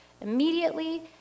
immediately